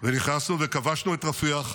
ונכנסנו וכבשנו את רפיח,